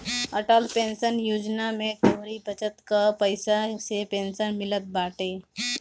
Atal pension योजना में तोहरी बचत कअ पईसा से पेंशन मिलत बाटे